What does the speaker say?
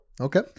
Okay